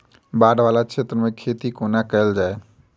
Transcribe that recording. बाढ़ वला क्षेत्र मे खेती कोना कैल जाय?